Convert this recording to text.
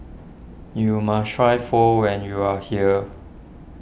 you must try Pho when you are here